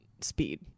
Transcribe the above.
speed